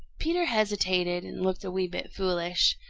peter hesitated and looked a wee bit foolish.